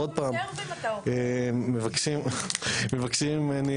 ומבקשים ממני